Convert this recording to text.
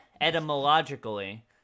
etymologically